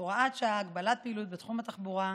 (הוראת שעה) (הגבלת פעילות בתחום התחבורה)